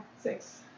Six